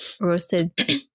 roasted